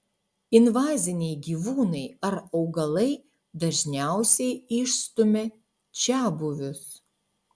invaziniai gyvūnai ar augalai dažniausiai išstumia čiabuvius